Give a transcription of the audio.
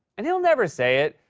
and he'll never say it,